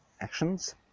actions